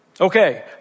Okay